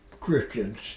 Christians